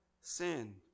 sin